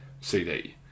CD